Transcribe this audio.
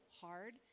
hard